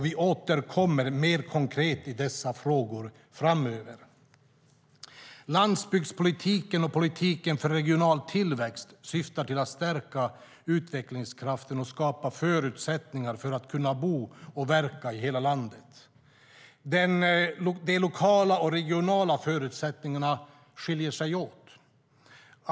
Vi återkommer mer konkret i dessa frågor framöver. Landsbygdspolitiken och politiken för regional tillväxt syftar till att stärka utvecklingskraften och skapa förutsättningar för att kunna bo och verka i hela landet. De lokala och regionala förutsättningarna skiljer sig åt.